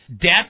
debt